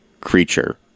creature